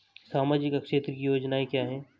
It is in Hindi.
सामाजिक क्षेत्र की योजनाएं क्या हैं?